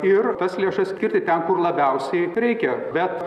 ir tas lėšas skirti ten kur labiausiai reikia bet